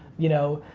you know,